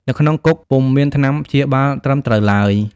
នៅក្នុងគុកពុំមានថ្នាំព្យាបាលត្រឹមត្រូវឡើយ។